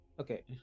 Okay